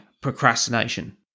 procrastination